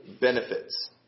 benefits